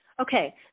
Okay